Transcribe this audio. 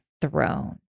throne